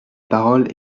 parole